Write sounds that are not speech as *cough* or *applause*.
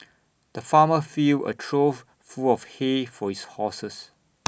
the farmer filled A trough full of hay for his horses *noise*